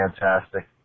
fantastic